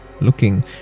looking